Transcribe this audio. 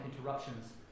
interruptions